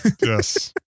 Yes